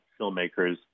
filmmakers